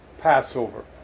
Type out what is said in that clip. Passover